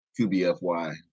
QBFY